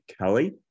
Kelly